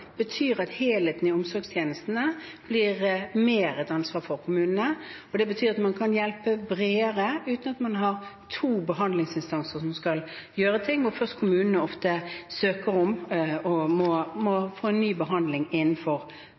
at helheten i omsorgstjenestene blir mer et ansvar for kommunene, og det betyr at man kan hjelpe bredere uten at man har to behandlingsinstanser, der kommunene ofte først må søke om å få en ny behandling innenfor